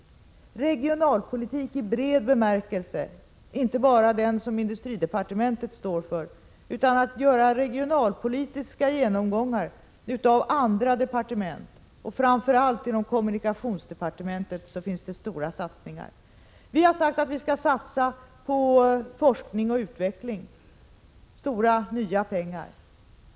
Det gäller regionalpolitik i vid bemärkelse, inte bara den som industridepartementet står för. Det skall göras regionalpolitiska genomgångar i andra departement — framför allt inom kommunikationsdepartementet görs det stora satsningar. Vi har sagt att vi skall satsa mycket av nya pengar på forskning och utveckling.